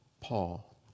Paul